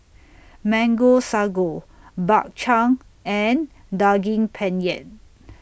Mango Sago Bak Chang and Daging Penyet